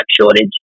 shortage